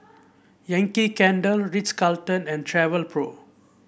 Yankee Candle Ritz Carlton and Travelpro